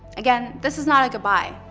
again, this is not a goodbye,